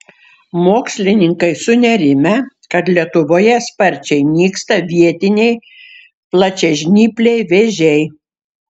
mokslininkai sunerimę kad lietuvoje sparčiai nyksta vietiniai plačiažnypliai vėžiai